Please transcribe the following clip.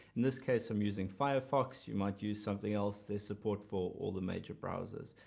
in this case i'm using firefox you might use something else. there's support for all the major browsers.